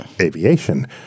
aviation